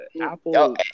Apple